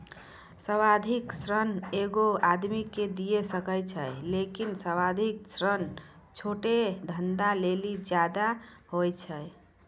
सावधिक ऋण एगो आदमी के दिये सकै छै लेकिन सावधिक ऋण छोटो धंधा लेली ज्यादे होय छै